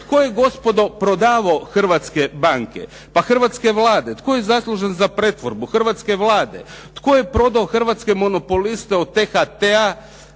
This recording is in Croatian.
Tko je gospodo prodavao hrvatske banke? Pa hrvatske Vlade. Tko je zaslužan za pretvorbu? Hrvtske Vlada. Tko je prodao hrvatske monopoliste od THT-a